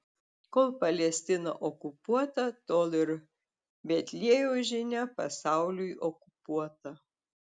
kol palestina okupuota tol ir betliejaus žinia pasauliui okupuota